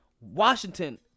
Washington